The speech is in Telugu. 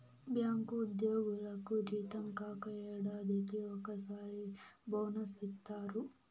బ్యాంకు ఉద్యోగులకు జీతం కాక ఏడాదికి ఒకసారి బోనస్ ఇత్తారు